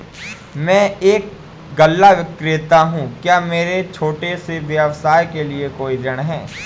मैं एक गल्ला विक्रेता हूँ क्या मेरे छोटे से व्यवसाय के लिए कोई ऋण है?